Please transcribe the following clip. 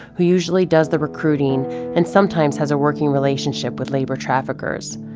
who usually does the recruiting and sometimes has a working relationship with labor traffickers.